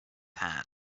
had